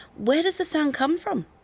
where does the sound come from?